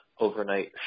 overnight